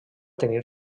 tenir